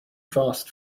fast